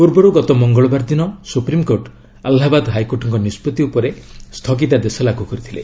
ପୂର୍ବରୁ ଗତ ମଙ୍ଗଳବାର ଦିନ ସୁପ୍ରିମ୍କୋର୍ଟ ଆହ୍ଲାବାଦ ହାଇକୋର୍ଟଙ୍କ ନିଷ୍କଭ୍ତି ଉପରେ ସ୍ଥଗିତାଦେଶ ଲାଗୁ କରିଥିଲେ